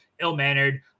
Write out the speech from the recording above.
ill-mannered